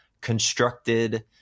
constructed